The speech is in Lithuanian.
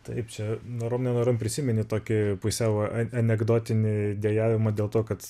taip čia norom nenorom prisimeni tokį pusiau anekdotinį dejavimą dėl to kad